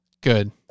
Good